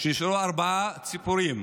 שיישארו ארבע ציפורים.